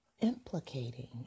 implicating